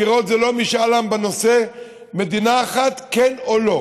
בחירות זה לא משאל עם, בנושא מדינה אחת, כן או לא,